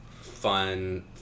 fun